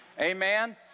Amen